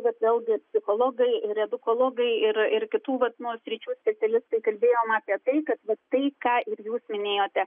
bet vėlgi psichologai ir edukologai ir ir kitų vat nu sričių specialistai kalbėjom apie tai kad vat tai ką ir jūs minėjote